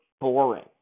boring